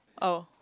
oh